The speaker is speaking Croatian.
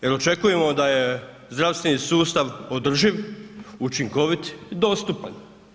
Jer očekujemo da je zdravstveni sustav održiv, učinkovit i dostupan.